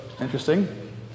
interesting